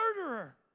murderer